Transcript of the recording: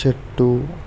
చెట్టు